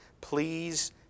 please